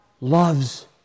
loves